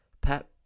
Pep